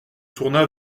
tourna